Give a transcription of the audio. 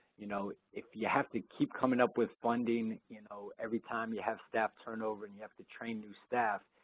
you know if you have to keep coming up with funding you know every time you have staff turnover and you have to train new staff,